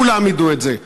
כולם ידעו את זה.